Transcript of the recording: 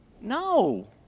no